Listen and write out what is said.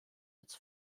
its